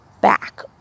back